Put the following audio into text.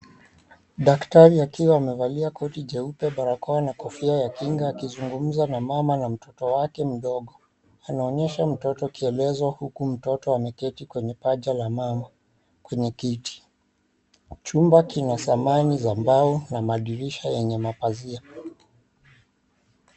Daktari akiwa amevalia koti jeupe, barakoa na kofia ya kinga akizungumza na mama na mtoto wake mdogo. Anaonyesha mtoto kielezo huku mtoto ameketi kwenye paja la mama kwenye kiti. Chumba kina samani za mbao na madirisha yenye mapazia.